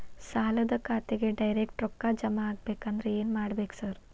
ಸಾಲದ ಖಾತೆಗೆ ಡೈರೆಕ್ಟ್ ರೊಕ್ಕಾ ಜಮಾ ಆಗ್ಬೇಕಂದ್ರ ಏನ್ ಮಾಡ್ಬೇಕ್ ಸಾರ್?